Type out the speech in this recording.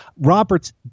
Roberts